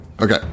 Okay